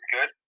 good